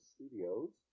Studios